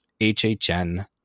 hhn